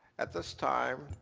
at this time,